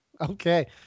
okay